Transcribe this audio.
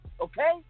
Okay